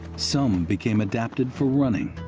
some became adapted for running,